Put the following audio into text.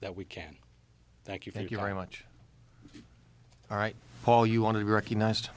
that we can thank you thank you very much all right all you want to be recognized